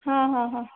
हां हां हां